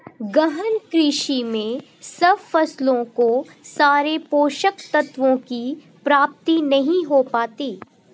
गहन कृषि में सब फसलों को सारे पोषक तत्वों की प्राप्ति नहीं हो पाती